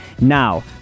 Now